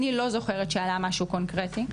אני לא זוכרת שעלה משהו קונקרטי.